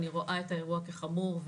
אני רואה את האירוע כחמור.